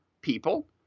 people